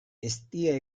eztia